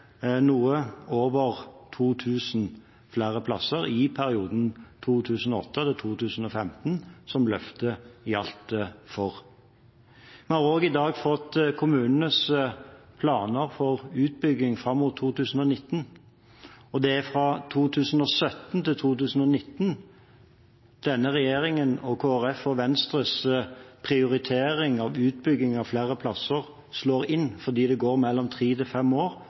noe over 2 000 flere plasser i perioden 2008–2015, som løftet gjaldt for. Vi har også i dag fått kommunenes planer for utbygging fram mot 2019. Det er fra 2017 til 2019 denne regjeringen og Kristelig Folkeparti og Venstres prioritering av utbygging av flere plasser slår inn, fordi det går mellom tre og fem år